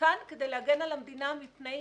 כאן כדי להגן על המדינה מפני חשיפה.